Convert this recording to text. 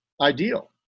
ideal